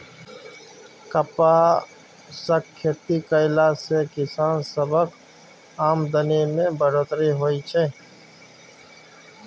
कपासक खेती कएला से किसान सबक आमदनी में बढ़ोत्तरी होएत छै